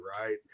right